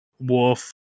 wolf